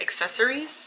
accessories